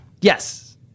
Yes